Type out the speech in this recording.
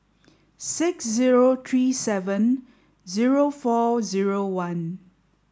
six zero three seven zero four zero one